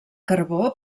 carbó